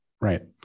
Right